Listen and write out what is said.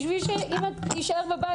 בשביל שאם את נשארת בבית,